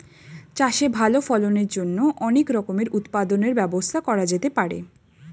চাষে ভালো ফলনের জন্য অনেক রকমের উৎপাদনের ব্যবস্থা করা যেতে পারে